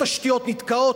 התשתיות נתקעות,